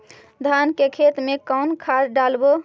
धान के खेत में कौन खाद डालबै?